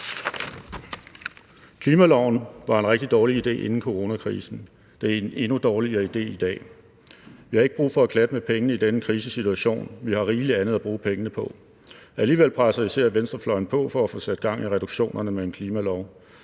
Klimaloven var en rigtig dårlig idé inden coronakrisen, og det er en endnu dårligere idé i dag. Vi har ikke brug for at klatte med pengene i denne krisesituation. Vi har rigeligt andet at bruge pengene på. Alligevel presser især venstrefløjen på for at få sat gang i reduktionerne med en klimalov.